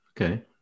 Okay